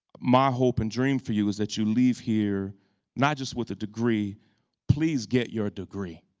my hope and dream for you is that you leave here not just with a degree please get your degree,